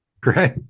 Great